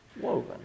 woven